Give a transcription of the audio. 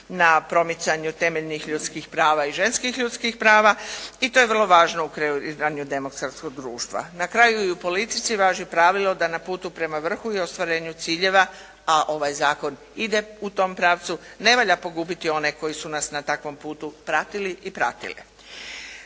na promicanju temeljnih ljudskih prava i ženskih ljudskih prava i to je vrlo u kreiranju demokratskog društva. Na kraju i u politici važi pravilo da na putu prema vrhu i ostvarenju ciljeva, a ovaj zakon ide u tom pravcu, ne valja pogubiti one koji su nas na takvom putu pratili i pratile.